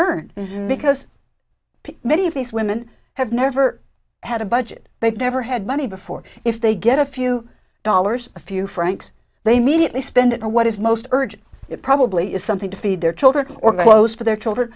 earn because many of these women have never had a budget they've never had money before if they get a few dollars a few francs they mediately spend it or what is most urgent it probably is something to feed their children or clothes for their children